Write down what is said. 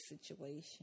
situation